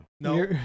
No